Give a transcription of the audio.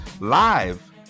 live